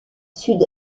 sud